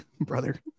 brother